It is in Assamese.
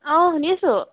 অঁ শুনিছোঁ